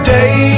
Day